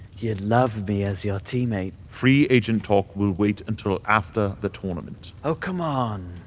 you'd love me as your teammate. free-agent talk will wait until after the tournament. oh, come on.